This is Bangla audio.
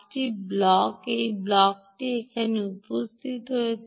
5 ভোল্ট এই ব্লকটি এখানে উপস্থিত হয়েছে